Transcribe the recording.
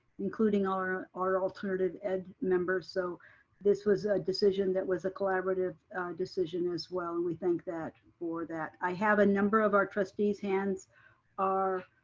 including all ah our alternative ed members. so this was a decision that was a collaborative decision as well and we thank that for that. i have a number of our trustees' hands are